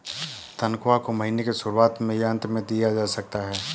तन्ख्वाह को महीने के शुरुआत में या अन्त में दिया जा सकता है